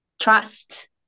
trust